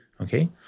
okay